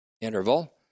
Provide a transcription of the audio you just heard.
interval